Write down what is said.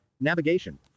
navigation